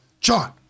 john